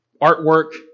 artwork